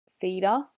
feeder